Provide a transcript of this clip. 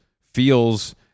feels